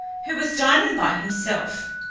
who was dining by himself.